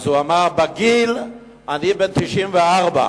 אז הוא אמר: בגיל אני בן 94,